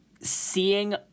seeing